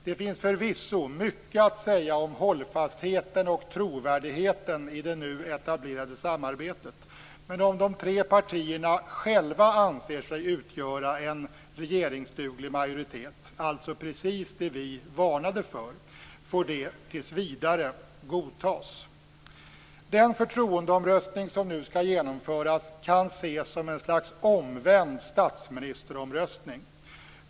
Det finns förvisso mycket att säga om hållfastheten och trovärdigheten i det nu etablerade samarbetet. Men om de tre partierna själva anser sig utgöra en regeringsduglig majoritet - dvs. precis det vi varnade för - får det tills vidare godtas. Den förtroendeomröstning som nu skall genomföras kan ses som ett slags omvänd statsministeromröstning.